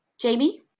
Jamie